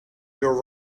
your